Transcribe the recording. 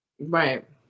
Right